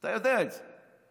אתה יודע את זה.